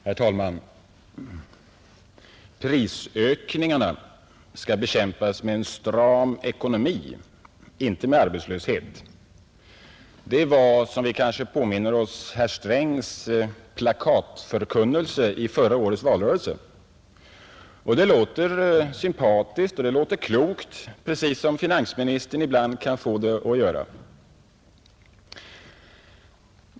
Herr talman! ”Prisökningarna ska bekämpas med stram ekonomi! Inte med arbetslöshet!” Det var, som vi kanske påminner oss herr Strängs plakatförkunnelse i förra årets valrörelse, och det låter sympatiskt och klokt precis som finansministern ibland kan få det att låta.